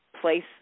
place